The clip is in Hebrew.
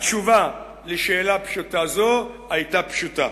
התשובה לשאלה פשוטה זו היתה פשוטה,